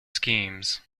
schemes